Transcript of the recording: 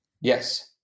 yes